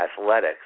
athletics